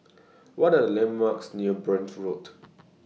What Are The landmarks near Burn Road